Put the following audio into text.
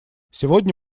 сегодня